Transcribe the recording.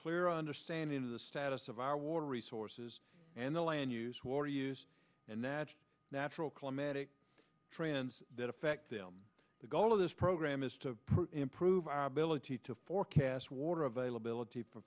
clearer understanding of the status of our water resources and the land use water use and natural natural climatic trends that affect them the goal of this program is to improve our ability to forecast water availability for